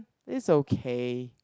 it's okay